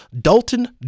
dalton